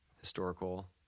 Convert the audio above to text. historical